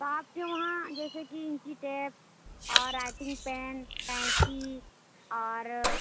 تو آپ کے وہاں جیسے کہ انچی ٹیپ اور رائٹنگ پین قینچی اور